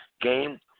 game